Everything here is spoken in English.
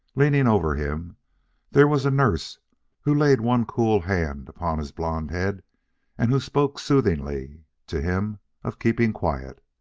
leaning over him there was a nurse who laid one cool hand upon his blond head and who spoke soothingly to him of keeping quiet.